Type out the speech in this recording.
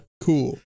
cool